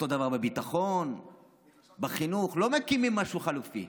אותו דבר בביטחון, בחינוך, לא מקימים משהו חלופי.